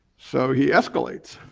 so he escalates.